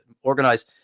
organize